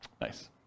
Nice